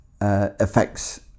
affects